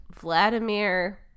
Vladimir